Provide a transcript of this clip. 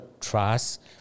trust